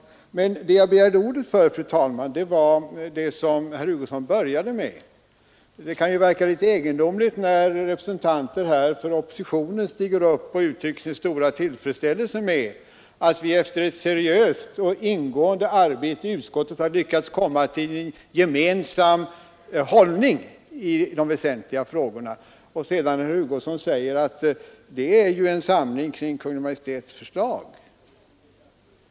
Anledningen till att jag begärde ordet, fru talman, var emellertid det som herr Hugosson började sitt anförande med. Det kan verka litet egendomligt när representanter för oppositionen stiger upp och uttrycker sin stora tillfredsställelse med att vi efter ett seriöst och ingående arbete i utskottet har lyckats komma fram till en gemensam hållning i de väsentliga frågorna och herr Hugosson sedan säger att det är ju en samling kring Kungl. Maj:ts förslag.